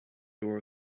door